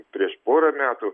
prieš porą metų